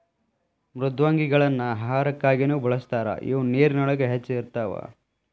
ಮೃದ್ವಂಗಿಗಳನ್ನ ಆಹಾರಕ್ಕಾಗಿನು ಬಳಸ್ತಾರ ಇವ ನೇರಿನೊಳಗ ಹೆಚ್ಚ ಇರತಾವ